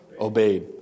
Obeyed